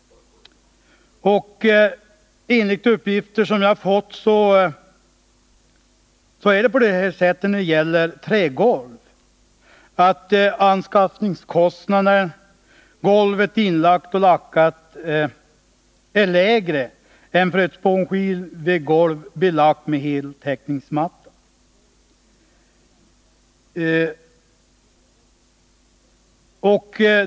Enligt uppgifter som jag har fått är det på det sättet, att anskaffningskostnaden för ett trägolv, när golvet är inlagt och lackat, är lägre än för ett spånskivegolv belagt med heltäckningsmatta.